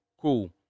Cool